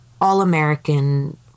all-American